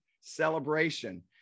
celebration